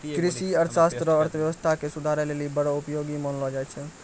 कृषि अर्थशास्त्र रो अर्थव्यवस्था के सुधारै लेली बड़ो उपयोगी मानलो जाय छै